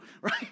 right